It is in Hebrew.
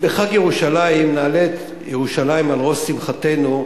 בחג ירושלים נעלה את ירושלים על ראש שמחתנו,